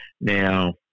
Now